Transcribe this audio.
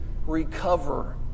Recover